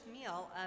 meal